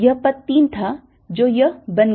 यह पथ 3 था जो यह बन गया